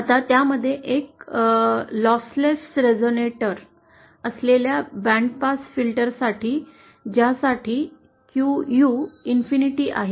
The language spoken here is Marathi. आता त्यामध्ये एक लॉसलेस रेझोनेटर असलेल्या बँड पास फिल्टरसाठी ज्यासाठी Qu अनंत आहे